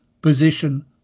position